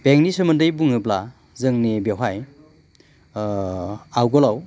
बेंकनि सोमोन्दै बुङोब्ला जोंनि बेवहाय आगोलाव